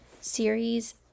series